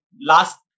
last